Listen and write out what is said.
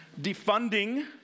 defunding